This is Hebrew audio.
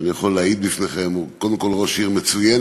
אני יכול להעיד בפניכם: קודם כול ראש עיר מצוינת,